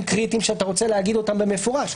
קריטיים שאתה רוצה לומר אותם במפורש.